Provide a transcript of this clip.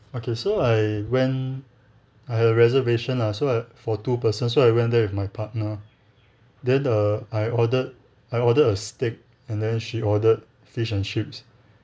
okay so I went I had a reservation ah so for two person so I went there with my partner then err I ordered I ordered a steak and then she ordered fish and chips